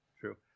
True